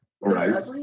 Right